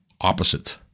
opposite